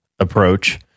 approach